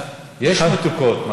יש מתוקות.